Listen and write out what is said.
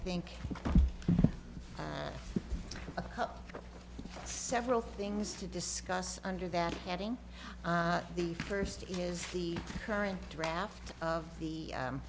think it's several things to discuss under that heading the first is the current draft of the